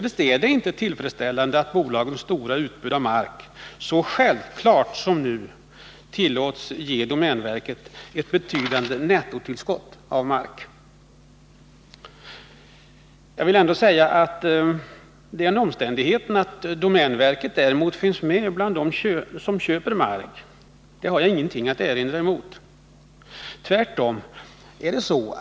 Det är inte tillfredsställande att bolagens stora utbud av mark så självklart som nu tillåts medföra att domänverket ges ett betydande nettotillskott av mark. Jag vill tillägga att jag däremot inte har något att erinra mot att domänverket finns med bland dem som köper mark.